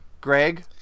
Greg